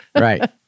Right